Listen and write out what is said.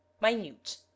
minute